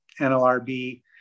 NLRB